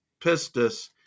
pistis